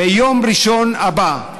ביום ראשון הבא,